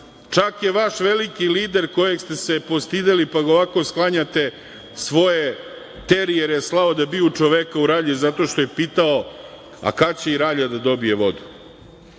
je vaš veliki lider kojeg ste se postideli, pa ga ovako sklanjate svoje terijere slao da biju čoveka u Ralji zato što je pitao – a kada će i Ralja da dobije